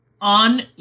on